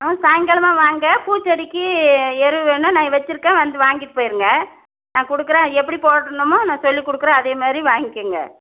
ஆ சாய்ங்காலமாக வாங்க பூ செடிக்கு எருவு வேணா நான் வச்சிருக்கேன் வந்து வாங்கிகிட்டு போயிருங்க நான் கொடுக்கறேன் எப்படி போடணுமோ நான் சொல்லி கொடுக்கறேன் அதே மாதிரி வாய்ங்கிங்க